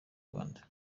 rwanda